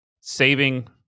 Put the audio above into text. saving